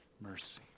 mercy